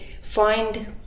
find